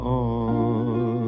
on